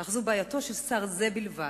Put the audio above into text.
אך זו בעייתו של שר זה בלבד,